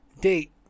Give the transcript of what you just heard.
date